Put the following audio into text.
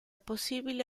possibile